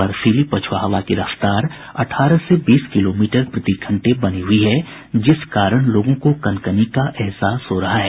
बर्फीली पछुआ हवा की रफ्तार अठारह से बीस किलोमीटर प्रति घंटे बनी हुई है जिस कारण लोगों को कनकनी का अहसास हो रहा है